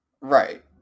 right